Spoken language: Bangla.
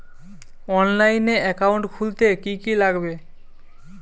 অনলাইনে একাউন্ট খুলতে কি কি লাগবে?